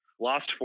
lost